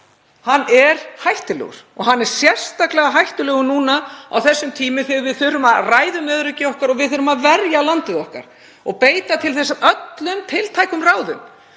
er hættulegur. Hann er sérstaklega hættulegur núna á þessum tímum þegar við þurfum að ræða um öryggi okkar og við þurfum að verja landið okkar og beita til þess öllum tiltækum ráðum,